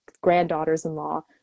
granddaughters-in-law